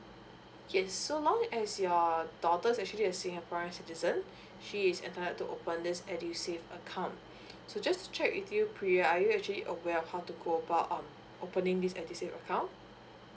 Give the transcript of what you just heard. okay so long as your daughters actually a singaporean citizen she is entitle to open this edusave account so just to check with you pria are you actually aware how to go about um opening this edusave account